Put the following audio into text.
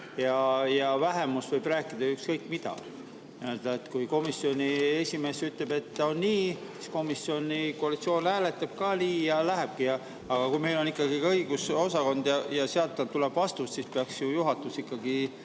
Vähemus võib rääkida ükskõik mida, aga kui komisjoni esimees ütleb, et on nii, siis komisjonis koalitsioon ka nii hääletab ja nii see lähebki. Aga kui meil on õigusosakond ja sealt tuleb vastus, siis peaks ju juhatus ikkagi